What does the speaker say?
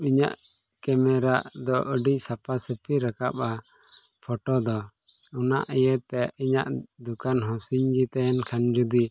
ᱤᱧᱟᱹᱜ ᱠᱮᱢᱮᱨᱟ ᱫᱚ ᱟᱹᱰᱤ ᱥᱟᱯᱷᱟ ᱥᱟᱹᱯᱷᱤ ᱨᱟᱠᱟᱵᱟ ᱯᱷᱳᱴᱳ ᱫᱚ ᱚᱱᱟ ᱤᱭᱟᱹᱛᱮ ᱤᱧᱟᱹᱜ ᱫᱳᱠᱟᱱ ᱦᱚᱸ ᱥᱤᱧ ᱜᱮ ᱛᱟᱦᱮᱱ ᱠᱷᱟᱱ ᱡᱩᱫᱤ